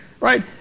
right